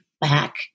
back